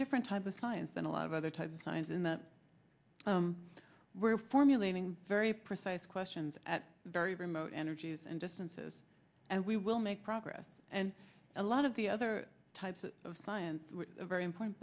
different type of science than a lot of other types of science in that we're formulating very precise questions at very remote energies and distances and we will make progress and a lot of the other types of science very important